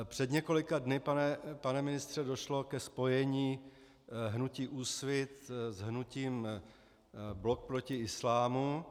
Před několika dny, pane ministře, došlo ke spojení hnutí Úsvit s hnutím Blok proti islámu.